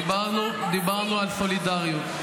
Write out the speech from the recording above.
דיברנו על סולידריות,